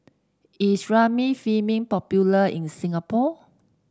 is Remifemin popular in Singapore